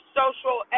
social